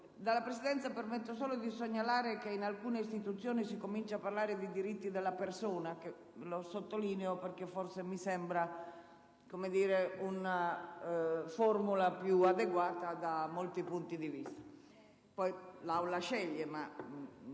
e mi permetto solo di segnalare che in alcune Istituzioni si comincia a parlare di «diritti della persona»: lo sottolineo perché mi sembra una formula più adeguata da molti punti di vista; è poi l'Aula che sceglie, ma